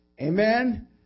amen